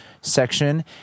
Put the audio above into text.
section